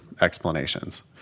explanations